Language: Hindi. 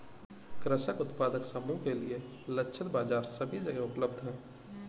कृषक उत्पादक समूह के लिए लक्षित बाजार सभी जगह उपलब्ध है